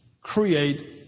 create